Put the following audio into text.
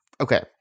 Okay